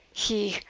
he,